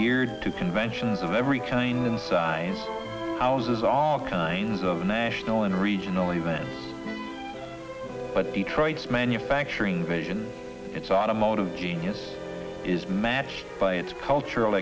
geared to conventions of every kind and size houses all kinds of national and regional events but detroit's manufacturing base in its automotive genius is matched by its cultural